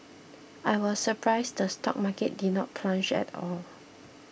I was surprised the stock market didn't plunge at all